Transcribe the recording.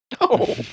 No